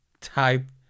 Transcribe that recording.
type